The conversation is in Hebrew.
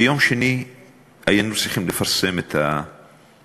ביום שני היינו צריכים לפרסם את הדוח.